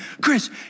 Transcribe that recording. Chris